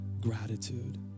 gratitude